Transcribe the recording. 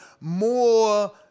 more